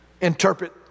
interpret